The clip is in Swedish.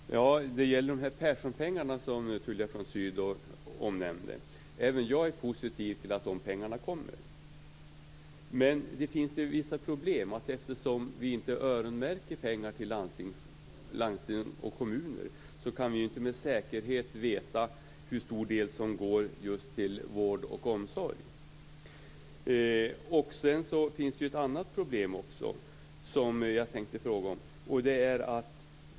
Fru talman! Det gäller Perssonpengarna som Tullia von Sydow nämnde. Även jag är positiv till att de pengarna kommer. Men det finns vissa problem. Eftersom vi inte öronmärker pengar till landsting och kommuner kan vi inte med säkerhet veta hur stor del som går till just vård och omsorg. Det finns också ett annat problem som jag tänkte fråga om.